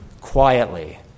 quietly